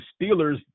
Steelers